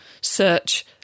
search